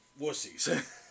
wussies